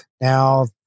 Now